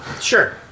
Sure